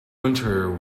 winter